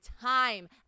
time